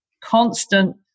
constant